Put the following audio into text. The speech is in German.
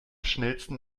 schnellsten